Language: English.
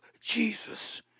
Jesus